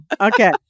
Okay